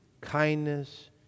kindness